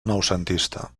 noucentista